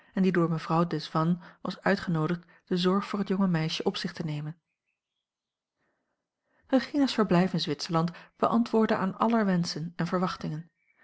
omweg door mevrouw desvannes was uitgenoodigd de zorg voor het jonge meisje op zich te nemen regina's verblijf in zwitserland beantwoordde aan aller wenschen en verwachtingen